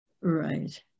Right